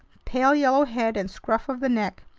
pale yellow head and scruff of the neck,